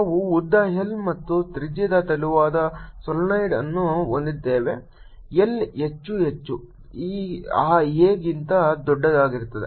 ನಾವು ಉದ್ದ L ಮತ್ತು ತ್ರಿಜ್ಯದ ತೆಳುವಾದ ಸೊಲೀನಾಯ್ಡ್ ಅನ್ನು ಹೊಂದಿದ್ದೇವೆ L ಹೆಚ್ಚು ಹೆಚ್ಚು a ಗಿಂತ ದೊಡ್ಡದಾಗಿರುತ್ತದೆ